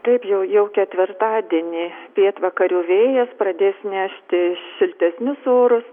taip jau jau ketvirtadienį pietvakarių vėjas pradės nešti šiltesnius orus